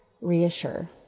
reassure